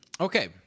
Okay